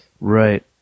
right